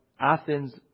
Athens